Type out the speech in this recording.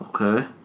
okay